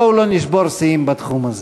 בואו לא נשבור שיאים בתחום הזה.